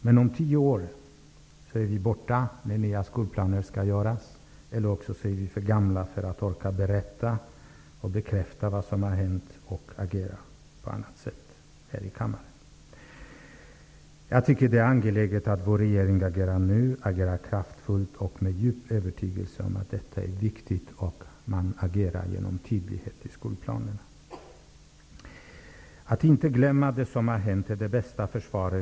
Men om tio år, när nya läroplaner skall göras, är vi borta eller också är vi för gamla för att orka berätta och bekräfta vad som har hänt eller agera på annat sätt som jag här i kammaren. Jag tycker att det är angeläget att vår regering agerar nu, att den agerar kraftfullt och att den med djup övertygelse talar om att detta är viktigt. Det gäller också att agera med tydlighet i läroplanerna. Att inte glömma det som har hänt är det bästa försvaret.